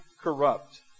corrupt